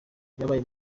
byabaye